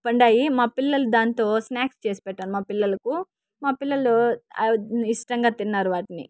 పండాయి మా పిల్లలు దాంతో స్నాక్స్ చేసి పెట్తా మా పిల్లలకు మా పిల్లలు ఇష్టంగా తిన్నారు వాటిని